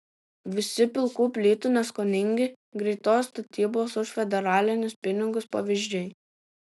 visi pilkų plytų neskoningi greitos statybos už federalinius pinigus pavyzdžiai